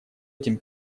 этим